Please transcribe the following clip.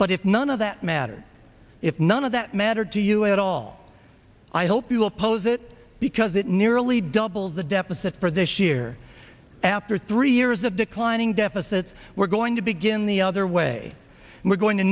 but if none of that matter if none of that matter to you at all i hope you will pose it because it nearly doubles the deficit for this year after three years of declining deficits we're going to begin the other way and we're going to